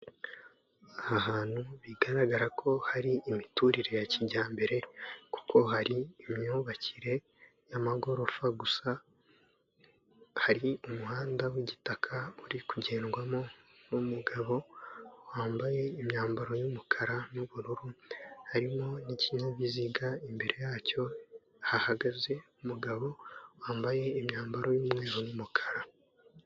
Aha hantu bigaragara ko hari imiturire ya kijyambere, kuko hari imyubakire y'amagorofa gusa, hari umuhanda w'igitaka uri kugendwamo n'umugabo wambaye imyambaro y'umukara n'ubururu, harimo n'ikinyabiziga imbere yacyo hahagaze umugabo wambaye imyambaro y'umweru n'umukara.